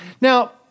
Now